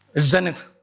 zenith.